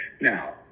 Now